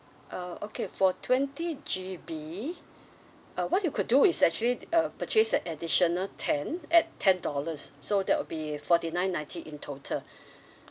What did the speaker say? uh okay for twenty G_B uh what you could do is actually uh purchase additional ten at ten dollars so that will be forty nine ninety in total